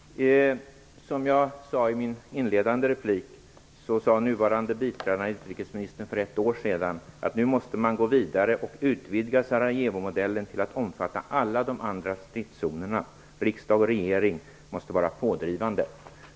Herr talman! Som jag sade i min första replik sade den nuvarande biträdande utrikesministern för ett år sedan att man nu måste gå vidare och utvidga Sarajevomodellen till att omfatta alla de andra stridszonerna. Riksdag och regering måste vara pådrivande.